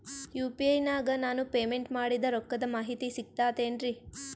UPI ನಾಗ ನಾನು payment ಮಾಡಿದ ರೊಕ್ಕದ ಮಾಹಿತಿ ಸಿಕ್ತಾತೇನ್ರೀ?